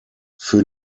für